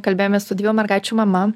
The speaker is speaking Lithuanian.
kalbėjomės su dviejų mergaičių mama